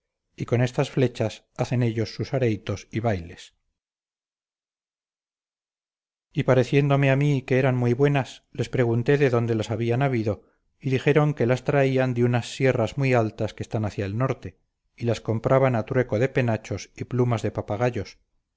y con estas flechas hacen ellos sus areitos y bailes y pareciéndome a mí que eran muy buenas les pregunté de dónde las habían habido y dijeron que las traían de unas sierras muy altas que están hacia el norte y las compraban a trueco de penachos y plumas de papagayos